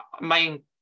main